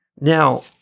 Now